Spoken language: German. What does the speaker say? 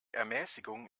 ermäßigung